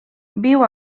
viu